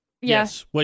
yes